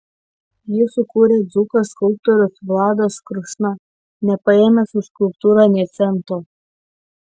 jį sukūrė dzūkas skulptorius vladas krušna nepaėmęs už skulptūrą nė cento